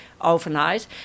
overnight